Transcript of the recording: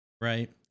right